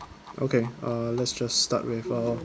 okay uh let's just start with uh